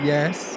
Yes